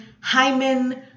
hymen